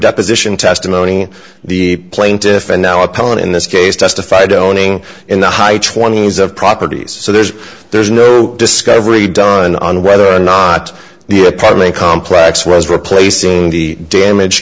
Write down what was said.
deposition testimony the plaintiff and now appellant in this case testified owning in the high twenty's of properties so there's there's no discovery done on whether or not the apartment complex was replacing the damage